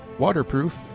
waterproof